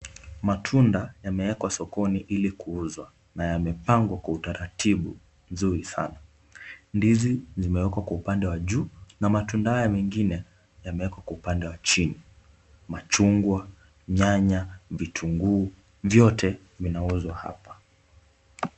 Matunda yameekwa sokoni ili kuuzwa na yamepangwa kwa utaratibu mzuri sana. Ndizi zimeekwa kwa upande wa juu na matunda haya mengine yameekwa kwa upande wa chini. Machungwa, nyanya, vitunguu, vyote vinauzwa hapa.